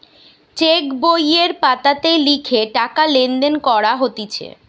check বইয়ের পাতাতে লিখে টাকা লেনদেন করা হতিছে